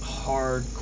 hard